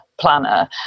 planner